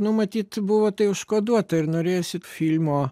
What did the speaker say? nu matyt buvo tai užkoduota ir norėjosi filmo